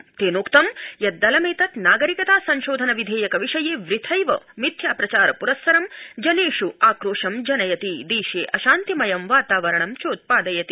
प्रधानमन्त्रिणोक्तं यत् दलमेतत् नागरिकता संशोधन विधेयक विषये वृथैव मिथ्या प्रचार पुरस्सरं जनेष् आक्रोशं जनयति देशे अशान्तिमयं वातावरणं चोत्पादयति